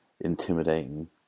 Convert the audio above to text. intimidating